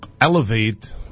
elevate